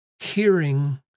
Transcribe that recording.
Hearing